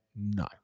No